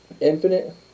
infinite